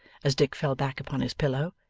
as dick fell back upon his pillow.